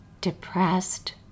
depressed